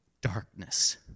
darkness